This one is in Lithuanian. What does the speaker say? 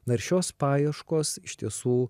na ir šios paieškos iš tiesų